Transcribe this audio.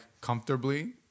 comfortably